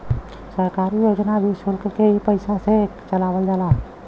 सरकारी योजना भी सुल्क के ही पइसा से चलावल जाला